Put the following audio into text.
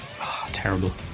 Terrible